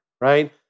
right